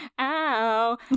ow